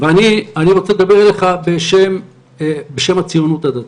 אני רוצה לדבר אליך בשם הציונות הדתית.